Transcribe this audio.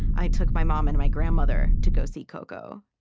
i took my mom and my grandmother to go see coco.